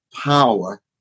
power